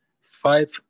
five